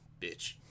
bitch